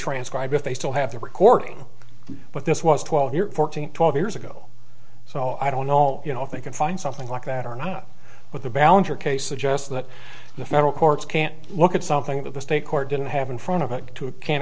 transcribed if they still have the recording but this was twelve fourteen twelve years ago so i don't know you know if they can find something like that or not with the ballenger case suggests that the federal courts can't look at something that the state court didn't have in front of it to can